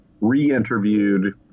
re-interviewed